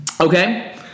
Okay